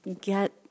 get